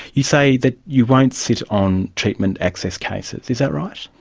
you say that you won't sit on treatment access cases, is that right?